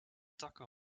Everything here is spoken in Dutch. takken